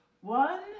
One